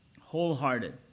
wholehearted